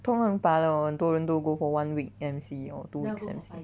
通常拔了很多人都 go for one week M_C or two weeks M_C